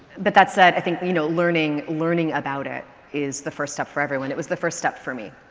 but that said, i think, you know, learning learning about it is the first step for everyone. it was the first step for me.